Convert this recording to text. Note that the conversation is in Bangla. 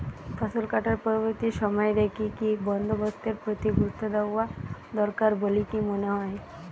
ফসলকাটার পরবর্তী সময় রে কি কি বন্দোবস্তের প্রতি গুরুত্ব দেওয়া দরকার বলিকি মনে হয়?